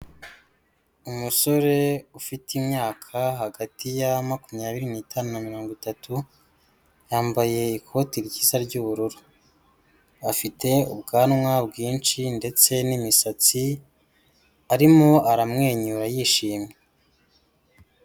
Umusore ufite imyaka hagati ya makumyabiri n'itanu na mirongo itatu, yambaye ikoti ryiza ry'ubururu. Afite ubwanwa bwinshi ndetse n'imisatsi, arimo aramwenyura yishimye.